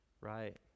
Right